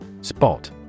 Spot